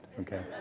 okay